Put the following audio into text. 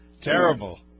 Terrible